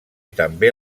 també